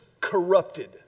corrupted